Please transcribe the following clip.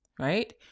right